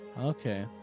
Okay